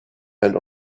and